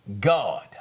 God